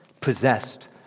possessed